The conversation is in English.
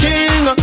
King